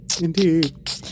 Indeed